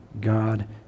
God